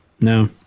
No